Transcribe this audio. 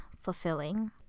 fulfilling